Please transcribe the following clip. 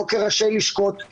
לא כראשי לשכות,